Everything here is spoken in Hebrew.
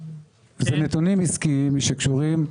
אלה נתונים עסקיים שקשורים לפעילות של כל בנק.